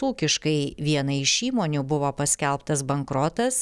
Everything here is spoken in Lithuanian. ūkiškai vienai iš įmonių buvo paskelbtas bankrotas